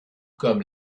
comme